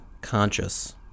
conscious